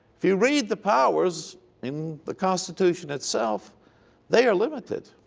if you read the powers in the constitution itself they are limited.